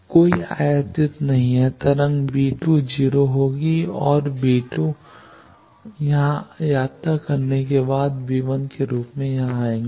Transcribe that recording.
इसलिए कोई आयातित नहीं है तरंग 0 होगी और यहां यात्रा करने के बाद के रूप में यहां आएंगे